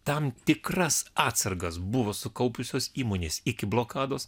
tam tikras atsargas buvo sukaupusios įmonės iki blokados